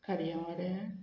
खाऱ्या वाड्यार